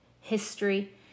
history